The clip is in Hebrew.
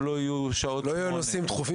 או שלא --- שלא יהיו נושאים דחופים